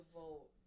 vote